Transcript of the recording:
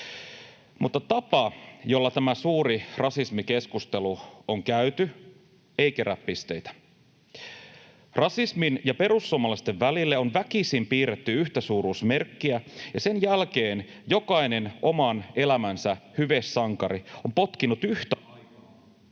Mutta tapa, jolla tämä suuri rasismikeskustelu on käyty, ei kerää pisteitä. Rasismin ja perussuomalaisten välille on väkisin piirretty yhtäsuuruusmerkkiä, ja sen jälkeen jokainen oman elämänsä hyvesankari on potkinut yhtä...